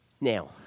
Now